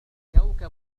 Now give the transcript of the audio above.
كوكب